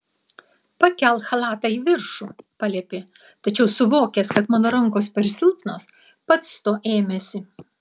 pakelk chalatą į viršų paliepė tačiau suvokęs kad mano rankos per silpnos pats to ėmėsi